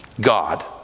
God